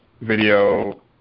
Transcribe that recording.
video